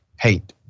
hate